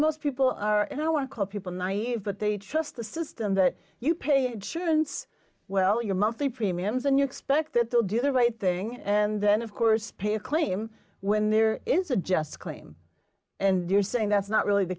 most people are and i won't call people naive but they trust the system but you pay surance well your monthly premiums and you expect that they'll do the right thing and then of course pay a claim when there is a just claim and you're saying that's not really the